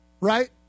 right